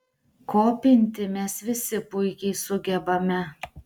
kopinti mes visi puikiai sugebame